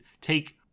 take